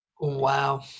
Wow